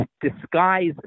disguise